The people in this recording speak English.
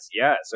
Yes